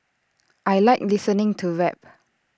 I Like listening to rap